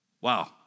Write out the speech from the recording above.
Wow